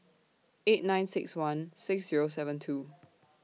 eight nine six one six Zero seven two